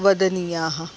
वदनीयाः